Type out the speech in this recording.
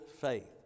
faith